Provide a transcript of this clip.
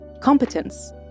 competence